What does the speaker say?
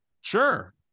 Sure